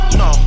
no